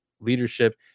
leadership